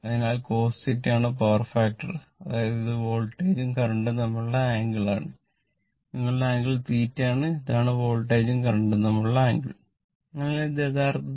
അതിനാൽ ഇത് യഥാർത്ഥത്തിൽ